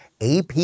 AP